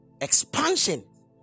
Expansion